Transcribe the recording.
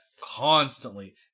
constantly